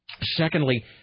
Secondly